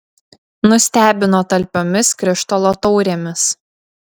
nustebino talpiomis krištolo taurėmis